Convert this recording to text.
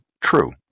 true